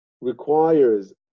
requires